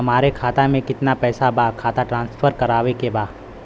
हमारे खाता में कितना पैसा बा खाता ट्रांसफर करावे के बा?